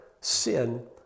sin